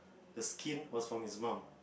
the skin was from his mum